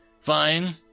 Fine